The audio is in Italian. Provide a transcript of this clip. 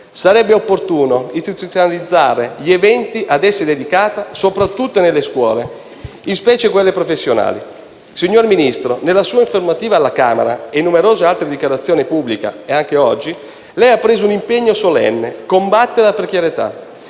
sarebbe opportuno istituzionalizzare gli eventi ad essi dedicati, soprattutto nelle scuole, in specie quelle professionali. Signor Ministro, nella sua informativa alla Camera e in numerose altre dichiarazioni pubbliche - tra cui anche quelle di oggi - lei ha preso un impegno solenne: combattere la precarietà